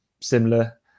similar